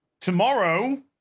tomorrow